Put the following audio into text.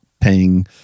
paying